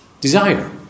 desire